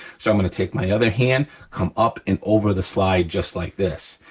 so i'm gonna take my other hand, come up and over the slide just like this,